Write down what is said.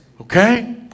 Okay